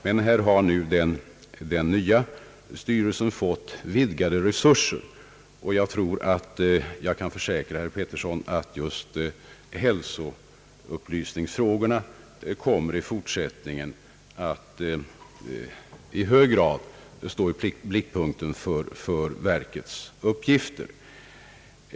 Den nya socialstyrelsen har fått vidgade resurser, och jag tror mig kunna försäkra herr Pettersson att just hälsoupplysningen i fortsättningen kommer att i hög grad vara i blickpunkten för styrelsens verksamhet.